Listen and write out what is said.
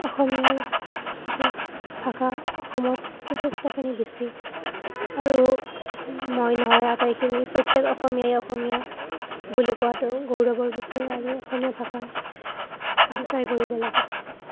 অসমীয়াৰ ভাষা অসমত যথেষ্টখিনি বেছি আৰু মই নহয় আটাইখিনি প্ৰত্যেক অসমীয়াই অসমীয়া বুলি কোৱাটো গৌৰৱৰ বিষয় আৰু অসমীয়া ভাষা ক'ব ট্ৰাই কৰিব লাগে